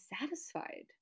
satisfied